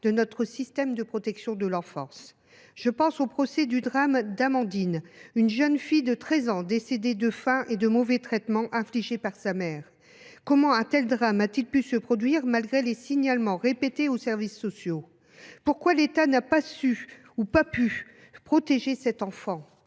de notre système de protection de l’enfance. Je pense d’abord au procès du drame d’Amandine, jeune fille de 13 ans morte de faim et à la suite des mauvais traitements infligés par sa mère. Comment un tel drame a t il pu se produire malgré les signalements répétés aux services sociaux ? Pourquoi l’État n’a t il pas pu ou su protéger cette enfant ?